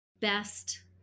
best